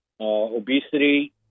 obesity